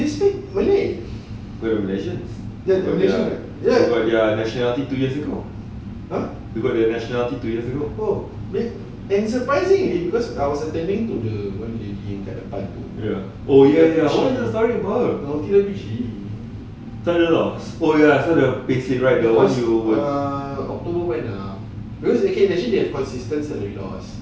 they are malaysians !huh! oh then and surprisingly because I was attending to the one lady kat depan tu no T_W_G cause october banyak because okay actually they have consistent salary loss